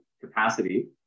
capacity